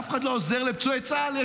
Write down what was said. אף אחד לא עוזר לפצועי צה"ל.